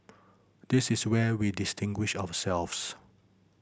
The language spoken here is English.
this is where we distinguish ourselves